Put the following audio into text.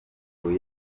niwe